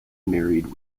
married